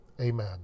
amen